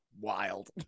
wild